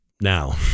now